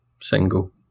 single